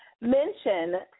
mention